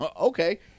okay